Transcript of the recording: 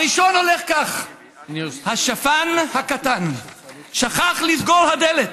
הראשון הולך כך: "השפן הקטן שכח לסגור הדלת,